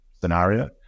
scenario